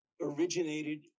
originated